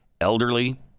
elderly